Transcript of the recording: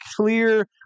clear